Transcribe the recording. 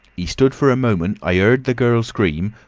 he stood for a moment, i heerd the gal scream,